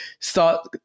start